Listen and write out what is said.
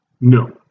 No